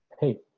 Hey